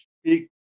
speak